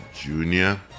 junior